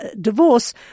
divorce